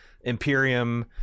Imperium